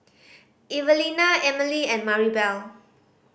Evelena Emely and Maribel